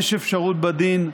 יש אפשרות בדין,